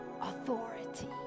authority